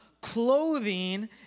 clothing